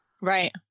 Right